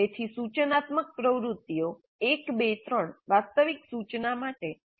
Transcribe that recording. તેથી સૂચનાત્મક પ્રવૃત્તિઓ 1 2 3 વાસ્તવિક સૂચના માટે એક પ્રકારનો પ્રસ્તાવના રચે છે